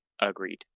Agreed